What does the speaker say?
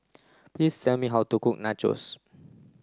please tell me how to cook Nachos